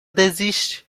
desiste